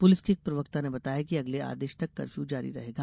police के एक प्रवक्ता ने बताया कि अगले आदेश तक कर्फ्यू जारी रहेगा